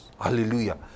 Hallelujah